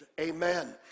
Amen